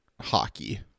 hockey